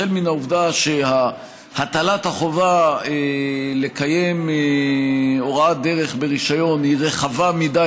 החל מן העובדה שהטלת החובה לקיים הוראת דרך ברישיון היא רחבה מדי,